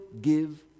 give